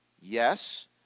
Yes